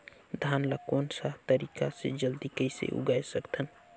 धान ला कोन सा तरीका ले जल्दी कइसे उगाय सकथन?